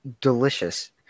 delicious